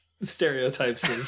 stereotypes